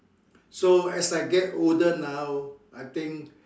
so as I get older now I think